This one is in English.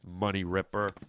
money-ripper